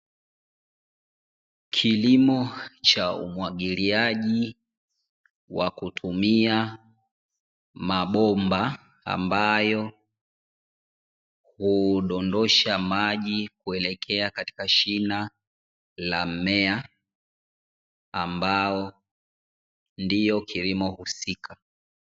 Kilimo cha umwagiliaji wa kutumia mabomba, ambayo hudondosha maji kuelekea katika shina la mmea ambao ndio kilimo husika.